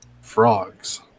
Frogs